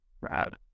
rad